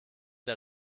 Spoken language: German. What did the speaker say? der